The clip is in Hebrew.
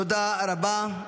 תודה רבה.